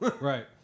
Right